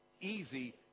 easy